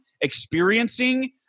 experiencing